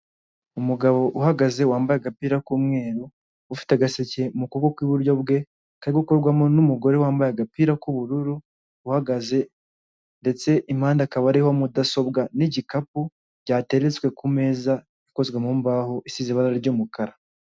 Umugabo uhagaze wambaye agapira k'umweru, ufite agaseke mu kuboko kw'iburyo bwe kari gukorwamo n'umugore wambaye agapira k'ubururu, uhagaze ndetse impande akaba ariho mudasobwa n'igikapu byateretswe ku meza ikozwe mu mbaho isize ibara ry'umukara.